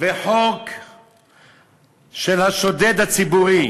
של השודד הציבורי.